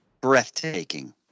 Breathtaking